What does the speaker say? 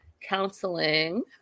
counseling